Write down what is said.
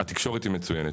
התקשורת היא מצוינת.